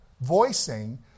voicing